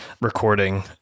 recording